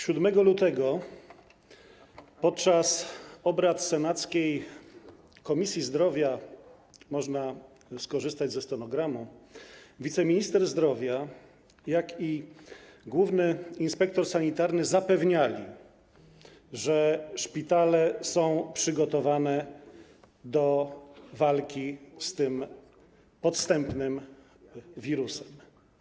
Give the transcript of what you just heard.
7 lutego podczas obrad senackiej Komisji Zdrowia - można skorzystać ze stenogramu - zarówno wiceminister zdrowia, jak i główny inspektor sanitarny zapewniali, że szpitale są przygotowane do walki z tym podstępnym wirusem.